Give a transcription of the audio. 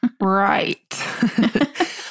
Right